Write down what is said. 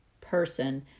person